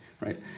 right